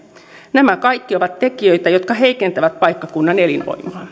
nämä kaikki ovat tekijöitä jotka heikentävät paikkakunnan elinvoimaa